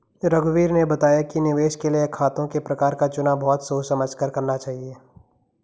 रघुवीर ने बताया कि निवेश के लिए खातों के प्रकार का चुनाव बहुत सोच समझ कर करना चाहिए